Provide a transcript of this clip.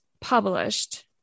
published